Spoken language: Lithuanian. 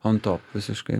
on top visiškai